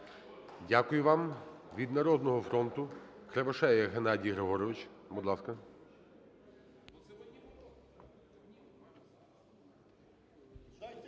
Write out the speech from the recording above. Дякую вам. Від "Народного фронту" Кривошея Геннадій Григорович, будь ласка.